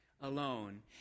alone